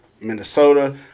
Minnesota